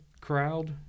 crowd